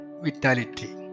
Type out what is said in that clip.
vitality